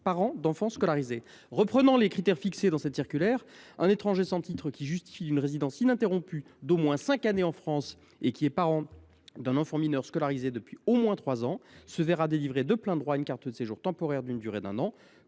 parents d’enfants scolarisés. Reprenant les critères fixés dans cette circulaire, un étranger sans titre qui justifie d’une résidence ininterrompue d’au moins cinq années en France et qui est parent d’un enfant mineur scolarisé depuis au moins trois ans se verra délivrer de plein droit une carte de séjour temporaire d’une durée d’un an.